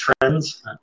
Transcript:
trends